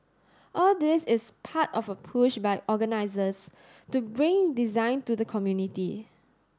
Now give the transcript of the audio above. all this is part of a push by organisers to bring design to the community